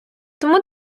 тому